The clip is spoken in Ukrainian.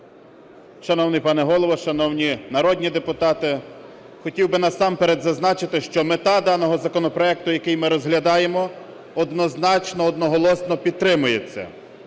Шановний пане Голово! Шановні народні депутати! Хотів би насамперед зазначити, що мета даного законопроекту, який ми розглядаємо, однозначно одноголосно підтримується.